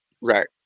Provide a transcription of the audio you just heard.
Right